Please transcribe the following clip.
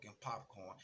popcorn